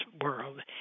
world